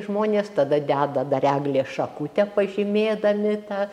žmonės tada deda dar eglės šakutę pažymėdami tą